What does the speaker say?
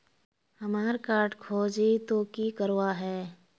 हमार कार्ड खोजेई तो की करवार है?